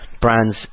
brands